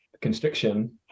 constriction